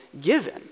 given